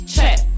Check